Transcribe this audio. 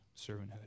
servanthood